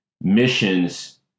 missions